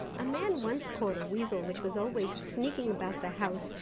a man once caught a weasel, which was always sneaking about the house,